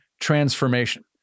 transformation